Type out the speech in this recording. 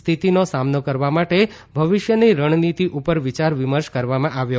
સ્થિતિનો સામનો કરવા માટે ભવિષ્યની રણનીતિ ઉપર વિયાર વિમર્શ કરવામાં આવ્યો